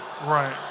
Right